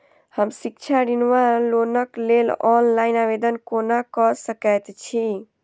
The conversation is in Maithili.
हम शिक्षा ऋण वा लोनक लेल ऑनलाइन आवेदन कोना कऽ सकैत छी?